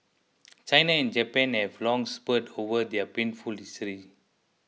China and Japan have long sparred over their painful history